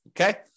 Okay